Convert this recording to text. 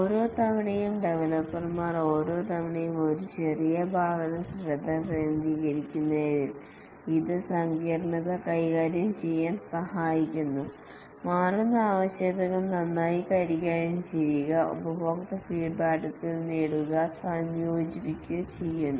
ഓരോ തവണയും ഡവലപ്പർമാർ ഒരു ചെറിയ ഭാഗത്ത് ശ്രദ്ധ കേന്ദ്രീകരിക്കുന്നതിനാൽ ഇത് സങ്കീർണ്ണത കൈകാര്യം ചെയ്യാൻ സഹായിക്കുന്നു മാറുന്ന ആവശ്യകതകൾ നന്നായി കൈകാര്യം ചെയ്യുക ഉപഭോക്തൃ ഫീഡ്ബാക്കുകൾ നേടുകയും സംയോജിപ്പിക്കുകയും ചെയ്യുന്നു